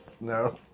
No